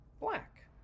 black